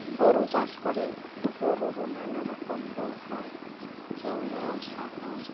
গরু চাষ করে গরুরও নানা রকম রোগ হয় যেমন আউসা হয়